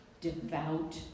devout